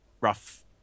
rough